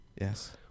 Yes